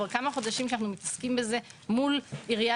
וזה כבר כמה חודשים שאנחנו מתעסקים בזה מול עיריית